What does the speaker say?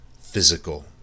physical